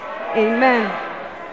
Amen